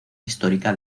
histórica